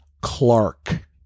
Clark